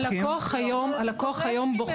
הלקוח היום בוחר,